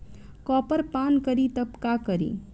Copper पान करी तब का करी?